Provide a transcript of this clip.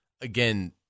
again